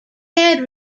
ted